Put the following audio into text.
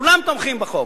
כולם תומכים בחוק.